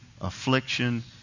affliction